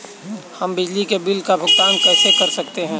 हम बिजली के बिल का भुगतान कैसे कर सकते हैं?